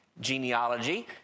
genealogy